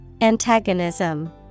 Antagonism